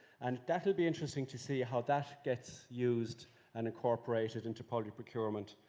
and that will be interesting to see how that gets used and incorporated into public procurement.